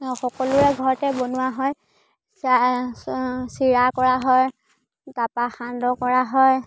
সকলোৱে ঘৰতে বনোৱা হয় চিৰা কৰা হয় তাৰপৰা সান্দহ কৰা হয়